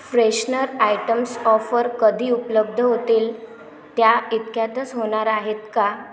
freshener items offer कधी उपलब्ध होतील त्या इतक्यातच होणार आहेत का